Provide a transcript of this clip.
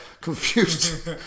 confused